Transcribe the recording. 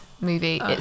movie